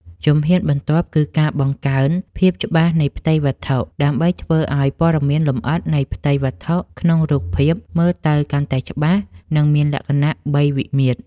ជំហ៊ានបន្ទាប់គឺការបង្កើន ភាពច្បាស់នៃផ្ទៃវត្ថុ ដើម្បីធ្វើឱ្យព័ត៌មានលម្អិតនៃផ្ទៃវត្ថុក្នុងរូបភាពមើលទៅកាន់តែច្បាស់ និងមានលក្ខណៈបី វិមាត្រ។